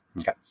Okay